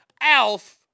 Alf